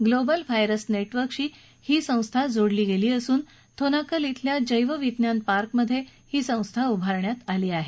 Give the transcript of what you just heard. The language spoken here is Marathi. ग्लोबल व्हायरस नेटवर्कशी ही संस्था जोडली गेली असून थोनाक्कल इथल्या जैव विज्ञान पार्कमधे ही संस्था उभारण्यात आली आहे